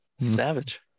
Savage